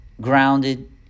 grounded